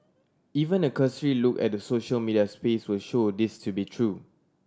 even a cursory look at the social media space will show this to be true